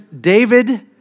David